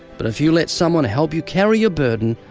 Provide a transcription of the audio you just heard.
but if you let someone help you carry your burden,